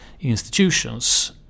institutions